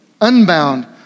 unbound